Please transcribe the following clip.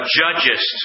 judges